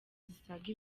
zisaga